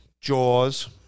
Jaws